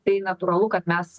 tai natūralu kad mes